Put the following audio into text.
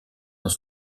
dans